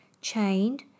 chained